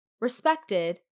respected